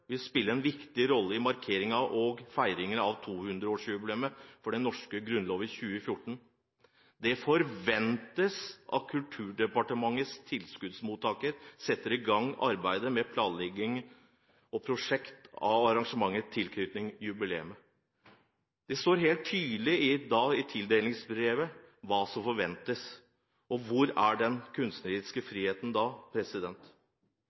en viktig rolle i markeringen og feiringen av 200-årsjubileet for den norske grunnloven i 2014. Det forventes at kulturdepartementets tilskuddsmottakere setter i gang arbeid med å planlegge prosjekter og arrangementer i tilknytning til jubileet.» Det står altså helt tydelig i tildelingsbrevet hva som forventes. Hvor er den kunstneriske